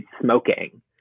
smoking